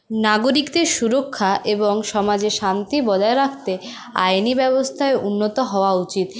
নাগরিকদের সুরক্ষা এবং সমাজে শান্তি বজায় রাখতে আইনি ব্যবস্থায় উন্নত হওয়া উচিত